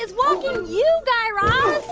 ah walking you, guy raz.